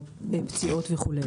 פציעות וכו'.